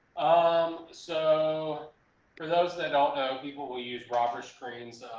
um, so for those that don't know, people will use robber screens.